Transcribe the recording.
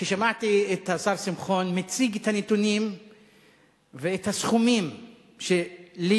כששמעתי את השר שמחון מציג את הנתונים ואת הסכומים שלי,